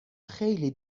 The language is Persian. خیلی